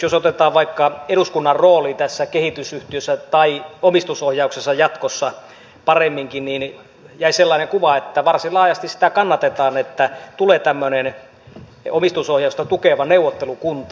jos otetaan vaikka eduskunnan rooli tässä kehitysyhtiössä tai omistusohjauksessa jatkossa paremminkin jäi sellainen kuva että varsin laajasti sitä kannatetaan että tulee tämmöinen omistusohjausta tukeva neuvottelukunta